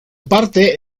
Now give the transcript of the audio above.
parte